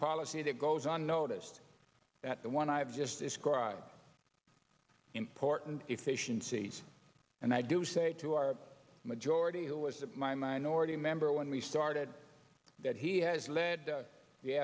policy that goes on notice that the one i have just described important efficiencies and i do say to our majority was that my minority member when we started that he has led the